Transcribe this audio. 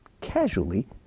casually